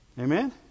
Amen